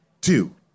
Two